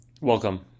Welcome